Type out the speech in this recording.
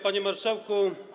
Panie Marszałku!